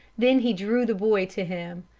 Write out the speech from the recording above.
then he drew the boy to him.